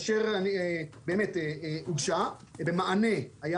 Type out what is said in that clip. אשר באמת הוגשה במענה לבית המשפט,